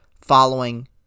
following